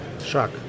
Shock